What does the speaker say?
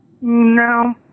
No